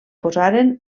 posaren